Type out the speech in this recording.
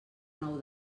nou